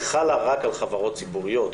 היא חלה רק על חברות ציבוריות,